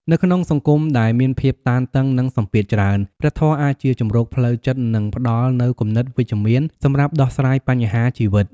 នៅក្នុងសង្គមដែលមានភាពតានតឹង និងសម្ពាធច្រើន ព្រះធម៌អាចជាជម្រកផ្លូវចិត្ត និងផ្តល់នូវគំនិតវិជ្ជមានសម្រាប់ដោះស្រាយបញ្ហាជីវិត។